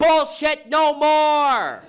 bullshit no ba